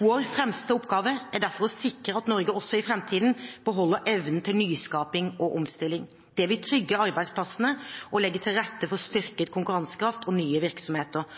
Vår fremste oppgave er derfor å sikre at Norge også i framtiden beholder evnen til nyskaping og omstilling. Det vil trygge arbeidsplassene, legge til rette for styrket konkurransekraft og nye virksomheter